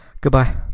Goodbye